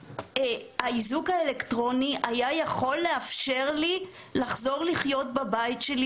האיזוק האלקטרוני היה יכול לאפשר לי לחזור לחיות בבית שלי,